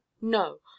No